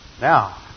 now